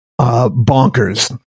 bonkers